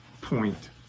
point